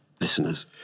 Listeners